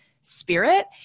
spirit